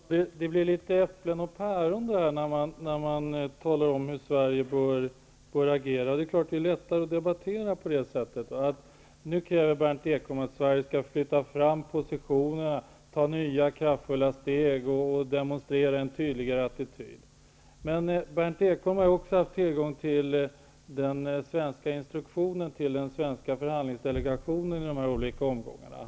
Herr talman! Det blir litet grand fråga om äpplen och päron när man talar om hur Sverige bör agera. Det är klart att det är lättare att debattera på det sättet. Nu kräver Berndt Ekholm att Sverige skall flytta fram positionerna, ta nya kraftfulla steg och demonstrera en tydligare attityd. Berndt Ekholm har faktiskt också haft tillgång till den svenska instruktionen till den svenska förhandlingsdelegationen i de olika omgångarna.